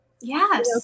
Yes